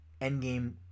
Endgame